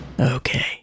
Okay